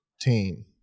team